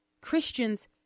Christians